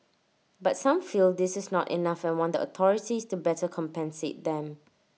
but some feel this is not enough and want the authorities to better compensate them